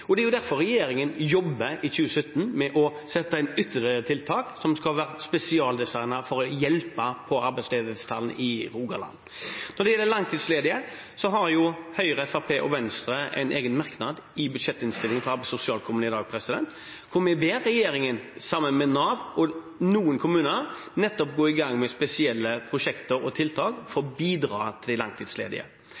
Det er derfor regjeringen for 2017 jobber med å sette inn ytterligere tiltak som skal være spesialdesignet for å hjelpe på arbeidsledighetstallene i Rogaland. Når det gjelder langtidsledige, har Høyre, Fremskrittspartiet og Venstre en egen merknad i budsjettinnstillingen fra arbeids- og sosialkomiteen i dag hvor vi ber regjeringen sammen med Nav og noen kommuner om å gå i gang med spesielle prosjekter og tiltak for